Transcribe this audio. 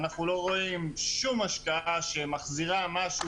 אנחנו לא רואים שום השקעה שמחזירה משהו